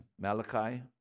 Malachi